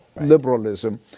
liberalism